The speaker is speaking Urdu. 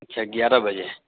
اچھا گیارہ بجے